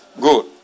Good